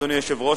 אדוני היושב-ראש,